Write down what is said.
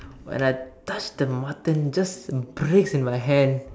when I touch the mutton it just breaks in my hand